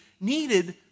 needed